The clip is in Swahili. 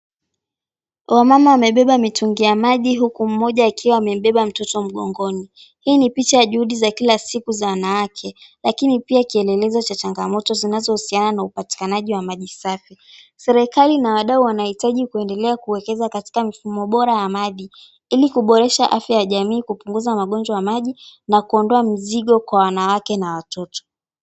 Wamama wamebeba mitungi ya maji huku mmoja akiwa amembeba mtoto mgongoni. Hii ni picha ya juhudi za kila siku za wanawake lakini pia kielelezo cha changamoto zinazohusiana na upatikanaji wa maji safi. Serikali na wadau wanahitaji kuendelea kueleza katika mifumo bora ya maji, ili kuboresha afya ya jamii kupunguza magonjwa ya maji, na kuondoa mizigo kwa wanawake na watoto.